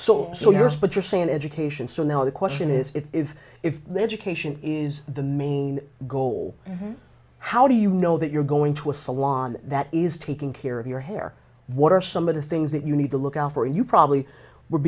but you're saying education so now the question is if if the education is the main goal how do you know that you're going to a salon that is taking care of your hair what are some of the things that you need to look out for you probably would